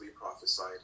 prophesied